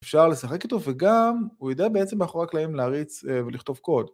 אפשר לשחק איתו וגם הוא יודע בעצם מאחורי הקלעים להריץ ולכתוב קוד